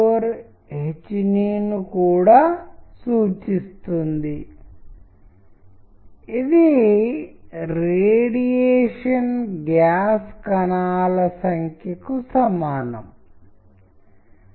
అనేక ఇతర ప్రదేశాలలో ఇది చాలా సానుకూల మార్గంలో ఉపయోగించబడుతుంది మరియు మల్టీమీడియా దిశలో ఇది మొదటి మెట్టు అయితే నేను ఇంతకు ముందు మీతో పంచుకున్నట్లుగా ధ్వని కూడా వస్తుంది